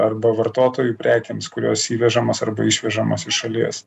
arba vartotojui prekėms kurios įvežamos arba išvežamos iš šalies